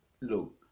look